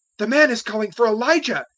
the man is calling for elijah,